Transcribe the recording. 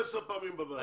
בבקשה.